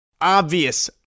obvious